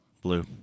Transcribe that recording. Blue